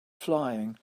flying